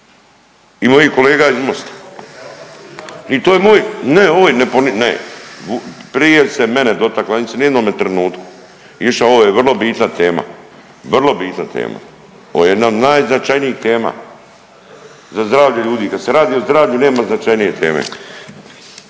i mojih kolega iz Mosta. I to je moj, ne … ne prije se mene dotakla … jednome trenutku … ovo je vrlo bitna tema, vrlo bitna tema, ovo je jedna od najznačajnijih tema za zdravlje ljudi, kad se radi o zdravlju nema značajnije teme.